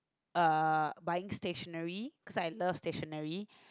uh buying stationery cause I love stationery